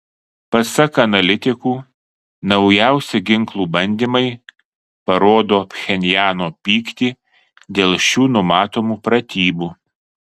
pasak analitikų naujausi ginklų bandymai parodo pchenjano pyktį dėl šių numatomų pratybų